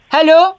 Hello